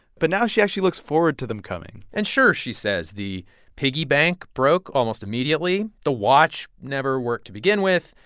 but now she actually looks forward to them coming and sure, she says, the piggy bank broke almost immediately, the watch never worked to begin with,